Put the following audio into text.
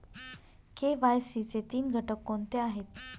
KYC चे तीन घटक कोणते आहेत?